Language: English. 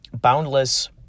boundless